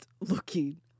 looking